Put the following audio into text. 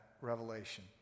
revelation